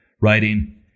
writing